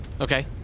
Okay